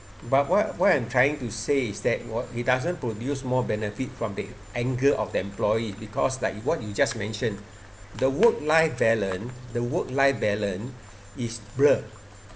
but what what I'm trying to say is that what it doesn't produce more benefit from the angle of the employee because like what you just mentioned the work life balance the work life balance is blur